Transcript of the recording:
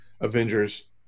Avengers